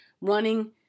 running